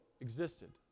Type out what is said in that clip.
existed